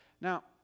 Now